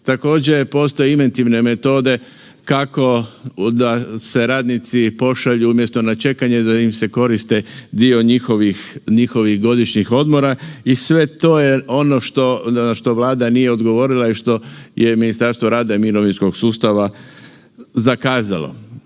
Također, postoje inventivne metode kako da se radnici pošalju, umjesto na čekanje, da im se koristi dio njihovih godišnjih odmora i sve to je ono što Vlada nije odgovorila i što je Ministarstvo rada i mirovinskog sustava zakazalo.